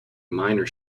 minor